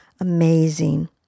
amazing